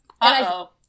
Uh-oh